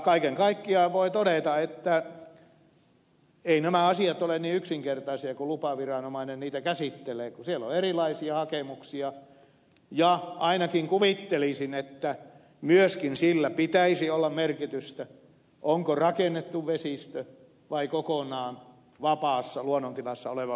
kaiken kaikkiaan voi todeta että eivät nämä asiat ole niin yksinkertaisia kun lupaviranomainen niitä käsittelee kun siellä on erilaisia hakemuksia ja ainakin kuvittelisin että myöskin sillä pitäisi olla merkitystä onko kyseessä rakennettu vesistö vai kokonaan vapaassa luonnontilassa oleva vesistö